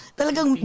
talagang